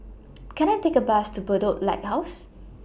Can I Take A Bus to Bedok Lighthouse